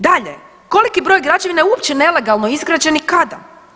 Dalje, koliki broj građevina je uopće nelegalno izgrađen i kada?